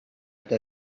eta